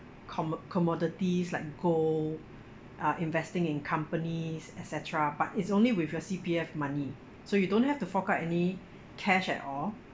commo~ commodities like gold uh investing in companies et cetera but it's only with your C_P_F money so you don't have to fork out any cash at all